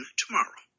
tomorrow